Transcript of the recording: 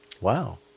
Wow